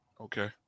Okay